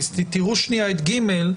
תראו את (ג).